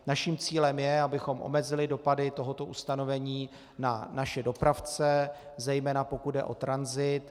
Naším cílem je, abychom omezili dopady tohoto ustanovení na naše dopravce, zejména pokud jde o tranzit.